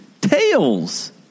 Tails